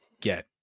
get